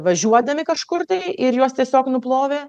važiuodami kažkur tai ir juos tiesiog nuplovė